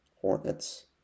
Hornets